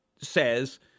says